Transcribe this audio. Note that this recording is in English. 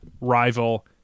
rival